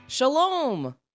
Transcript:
Shalom